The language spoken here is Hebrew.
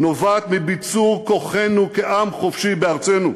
נובעת מביצור כוחנו כעם חופשי בארצנו.